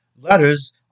letters